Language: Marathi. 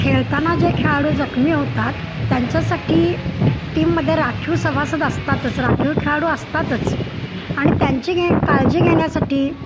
खेळताना जे खेळाडू जखमी होतात त्यांच्यासाठी टीममध्ये राखीव सहभासद असतातच राखीव खेळाडू असतातच आणि त्यांची घे काळजी घेण्यासाठी